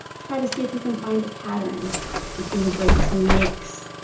try to see if you can find a pattern between the grapes and the aches.